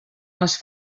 les